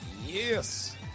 Yes